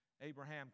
Abraham